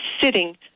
sitting